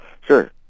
Sure